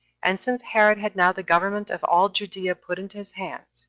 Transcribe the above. and since herod had now the government of all judea put into his hands,